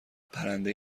پرنده